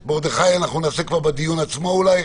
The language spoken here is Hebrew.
את מרדכי אנחנו נעלה כבר בדיון עצמו אולי.